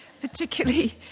particularly